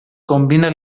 combina